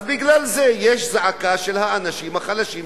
בגלל זה יש זעקה של האנשים החלשים,